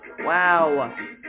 Wow